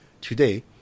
today